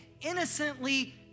Innocently